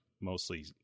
mostly